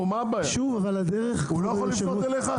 הוא לא יכול לפנות אליך?